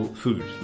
food